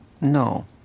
No